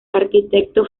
arquitecto